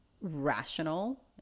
rational